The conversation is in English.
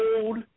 old